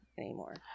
anymore